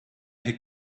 had